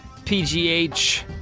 Pgh